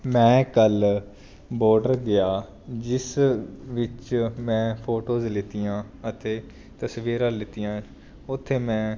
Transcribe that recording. ਮੈਂ ਕੱਲ੍ਹ ਬੋਰਡਰ ਗਿਆ ਜਿਸ ਵਿੱਚ ਮੈਂ ਫੋਟੋਜ਼ ਲਿਤੀਆਂ ਅਤੇ ਤਸਵੀਰਾਂ ਲਿਤੀਆਂ ਉੱਥੇ ਮੈਂ